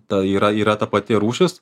tai yra yra ta pati rūšis